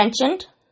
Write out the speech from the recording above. mentioned